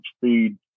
Speed